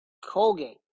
Colgate